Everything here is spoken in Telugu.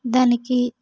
దానికి